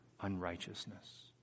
unrighteousness